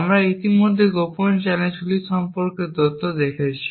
আমরা ইতিমধ্যে গোপন চ্যানেলগুলি সম্পর্কে তত্ত্ব দেখেছি